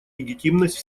легитимность